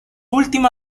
última